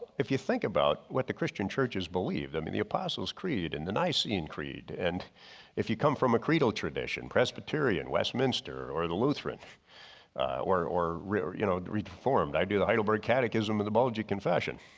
if you think about what the christian church is believe. i mean the apostles creed and the nicene creed. and if you come from a credo tradition, presbyterian, westminster or the lutheran or or you know reformed. i do the heidelberg catechism of the bulgy confession.